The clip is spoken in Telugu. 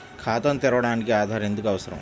ఖాతాను తెరవడానికి ఆధార్ ఎందుకు అవసరం?